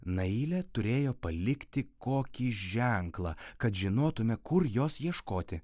nailė turėjo palikti kokį ženklą kad žinotume kur jos ieškoti